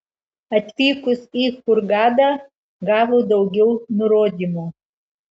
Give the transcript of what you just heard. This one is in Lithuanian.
atvykus į hurgadą gavo daugiau nurodymų